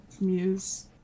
muse